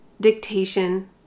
dictation